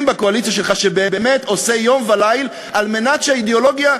בקואליציה שלך שבאמת עושה יום וליל על מנת שהאידיאולוגיה,